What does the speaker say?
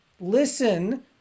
listen